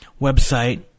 website